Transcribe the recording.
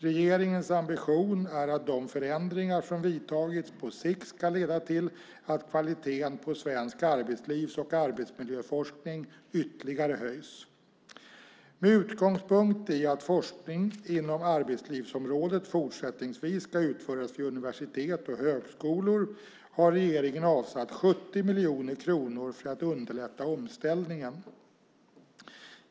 Regeringens ambition är att de förändringar som vidtagits på sikt ska leda till att kvaliteten på svensk arbetslivs och arbetsmiljöforskning ytterligare höjs. Med utgångspunkt i att forskning inom arbetslivsområdet fortsättningsvis ska utföras vid universitet och högskolor har regeringen avsatt 70 miljoner kronor för att underlätta omställningen.